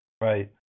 Right